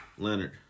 Leonard